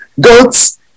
goats